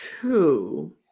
two